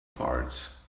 parts